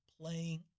playing